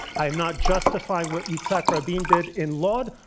i'm not justifying what yitzhak rabin did in lord.